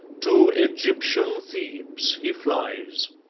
to egyptian thebes he flies.